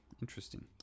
Interesting